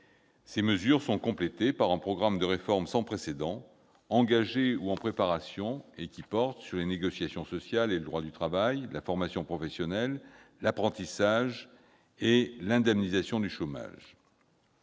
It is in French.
Ces mesures sont complétées par un programme de réformes sans précédent, engagées ou en préparation, qui portent sur les négociations sociales et le droit du travail, la formation professionnelle, l'apprentissage et l'indemnisation du chômage.